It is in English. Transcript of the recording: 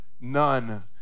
none